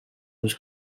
was